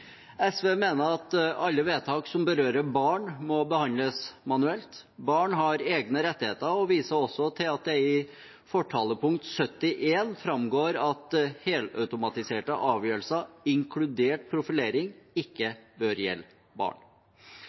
SV mener at alle vedtak som berører barn, må behandles manuelt. Barn har egne rettigheter, og vi viser også til at det i fortalepunkt 71 framgår at helautomatiserte avgjørelser, inkludert profilering, ikke bør gjelde barn.